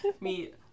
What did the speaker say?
meet